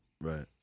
right